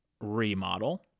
remodel